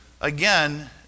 again